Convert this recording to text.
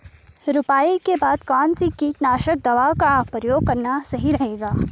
रुपाई के बाद कौन सी कीटनाशक दवाई का प्रयोग करना सही रहेगा?